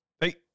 hey